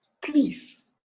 please